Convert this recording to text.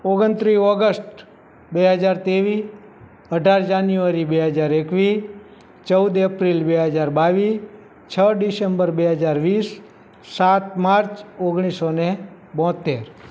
ઓગણત્રીસ ઓગસ્ટ બે હજાર ત્રેવીસ અઢાર જાન્યુઆરી બે હજાર એકવીસ ચૌદ એપ્રિલ બે હજાર બાવીસ છ ડિશેમ્બર બે હજાર વીસ સાત માર્ચ ઓગણીસસો અને બોંતેર